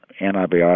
antibiotics